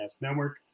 Network